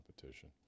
competition